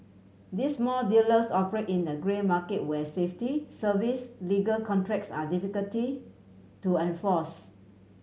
these small dealers operate in the grey market where safety service legal contracts are difficulty to enforce